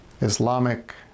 Islamic